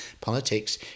Politics